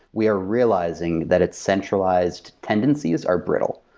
we are realizing that its centralized tendencies are brittle.